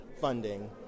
funding